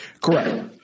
Correct